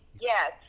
Yes